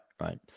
right